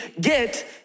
get